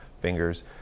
fingers